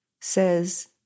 says